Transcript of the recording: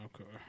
okay